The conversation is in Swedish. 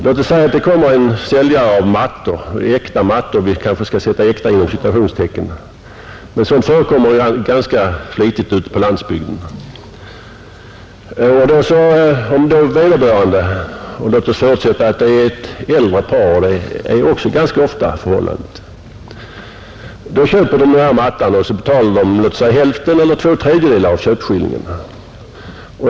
Låt oss säga att det kommer en försäljare av ”äkta” mattor vilket förekommer ganska flitigt ute på landsbygden, Låt oss förutsätta att det gäller ett äldre par, som också ganska ofta är förhållandet. De köper en matta och betalar kanske hälften eller två tredjedelar av köpeskillingen.